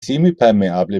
semipermeable